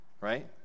Right